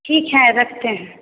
ठीक है रखते हैं